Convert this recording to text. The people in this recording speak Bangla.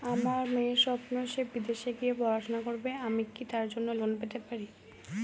আমার মেয়ের স্বপ্ন সে বিদেশে গিয়ে পড়াশোনা করবে আমি কি তার জন্য লোন পেতে পারি?